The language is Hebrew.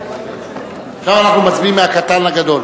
עכשיו אנחנו מצביעים מהקטן לגדול.